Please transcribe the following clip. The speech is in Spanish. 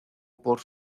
por